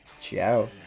Ciao